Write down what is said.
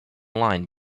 line